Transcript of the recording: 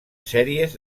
sèries